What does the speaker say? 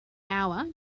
hour